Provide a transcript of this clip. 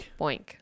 Boink